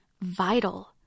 vital